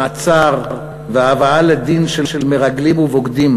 מעצר והבאה לדין של מרגלים ובוגדים,